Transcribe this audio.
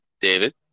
David